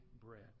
bread